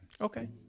Okay